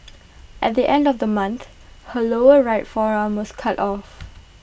at the end of the month her lower right forearm was cut off